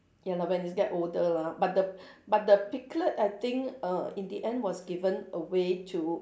ya lor when you get older lah but the but the piglet I think err in the end was given away to